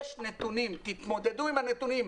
יש נתונים תתמודדו עם הנתונים.